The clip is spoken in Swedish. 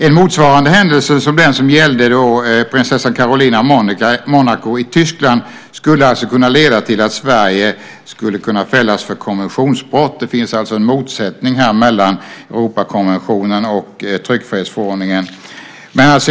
En motsvarande händelse som den som gällde prinsessan Caroline av Monaco i Tyskland skulle alltså kunna leda till att Sverige skulle kunna fällas för konventionsbrott. Det finns alltså en motsättning här mellan Europakonventionen och tryckfrihetsförordningen.